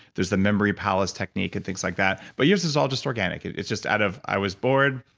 there's the memory palace technique and things like that but yours is all just organic. it's just out of, i was bored,